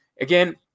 Again